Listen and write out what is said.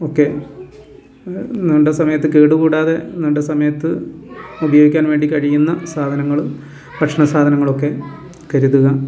ഒക്കെ നീണ്ട സമയത്ത് കേടു കൂടാതെ നീണ്ട സമയത്ത് ഉപയോഗിക്കാൻ വേണ്ടി കഴിയുന്ന സാധനങ്ങൾ ഭക്ഷണ സാധനങ്ങളൊക്കെ കരുതുക